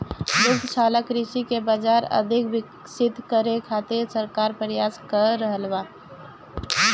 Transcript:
दुग्धशाला कृषि के बाजार के अधिक विकसित करे खातिर सरकार प्रयास क रहल बा